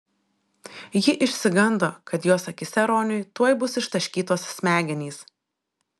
ji išsigando kad jos akyse roniui tuoj bus ištaškytos smegenys